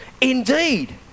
Indeed